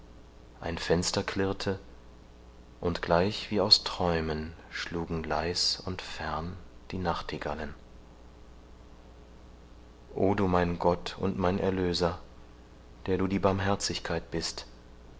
ein fenster klirrte und gleich wie aus träumen schlugen leis und fern die nachtigallen o du mein gott und mein erlöser der du die barmherzigkeit bist